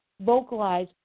vocalize